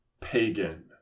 pagan